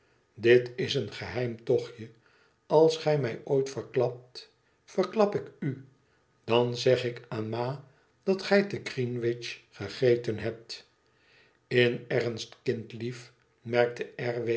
dit is een geheim tochtje als gij mij ooit verklapt verklap ik u dan zeg ik aan ma dat gij te greenwich gegeten hebt in ernst kindlief merkte